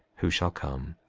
who shall come,